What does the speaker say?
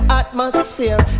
atmosphere